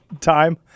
time